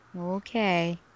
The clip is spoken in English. Okay